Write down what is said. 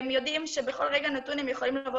הם יודעים שבכל רגע נתון הם יכולים לבוא